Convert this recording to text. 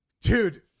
dude